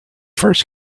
first